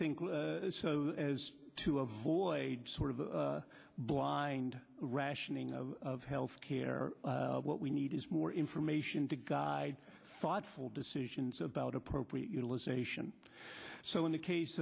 think so as to avoid sort of blind rationing of health care what we need is more information to guide thoughtful decisions about appropriate utilization so in the case